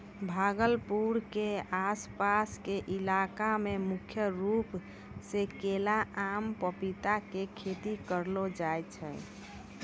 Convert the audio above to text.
भागलपुर के आस पास के इलाका मॅ मुख्य रूप सॅ केला, आम, पपीता के खेती करलो जाय छै